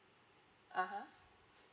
(uh huh)